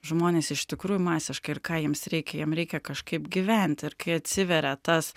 žmonės iš tikrųjų masiškai ir ką jiems reikia jiem reikia kažkaip gyventi ir kai atsiveria tas